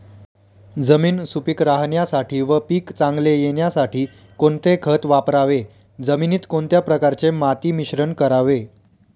जमीन सुपिक राहण्यासाठी व पीक चांगले येण्यासाठी कोणते खत वापरावे? जमिनीत कोणत्या प्रकारचे माती मिश्रण करावे?